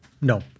No